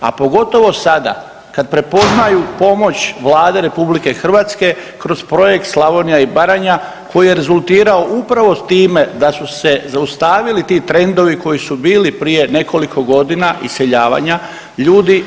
A pogotovo sada kad prepoznaju pomoć Vlade RH kroz Projekt Slavonija i Baranja koji je rezultirao upravo time da su se zaustavili ti trendovi koji su bili prije nekoliko godina, iseljavanja ljudi.